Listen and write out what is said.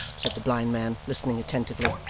said the blind man, listening attentively.